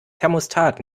thermostat